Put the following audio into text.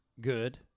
good